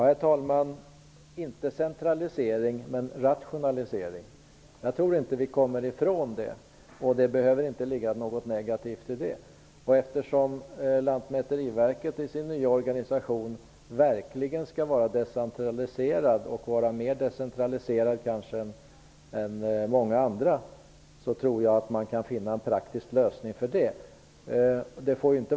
Herr talman! Inte centralisering men rationalisering. Jag tror inte att vi kommer ifrån en rationalisering, och det behöver inte ligga något negativt i det. Eftersom Lantmäteriverkets nya organisation verkligen skall vara decentraliserad, kanske mer än många andra organs, tror jag att man kan komma fram till en praktisk lösning.